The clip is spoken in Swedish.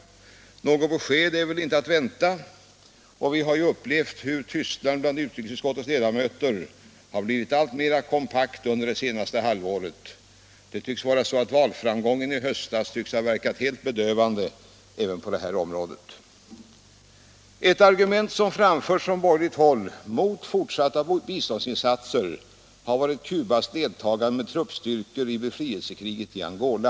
Något besked är väl inte att vänta, och vi har ju upplevt att tystnaden bland utrikesutskottets ledamöter blivit alltmera kompakt under det senaste halvåret. Valframgången i höstas tycks ha verkat helt bedövande även på detta område. Ett argument som framförts från borgerligt håll mot fortsatta biståndsinsatser har varit Cubas deltagande med truppstyrkor i befrielsekriget i Angola.